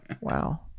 Wow